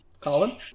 Colin